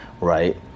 right